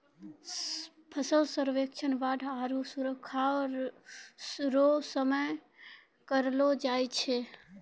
फसल सर्वेक्षण बाढ़ आरु सुखाढ़ रो समय करलो जाय छै